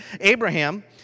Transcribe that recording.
Abraham